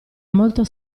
molto